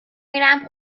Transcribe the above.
میرم